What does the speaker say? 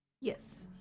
yes